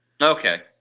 Okay